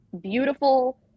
beautiful